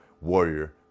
Warrior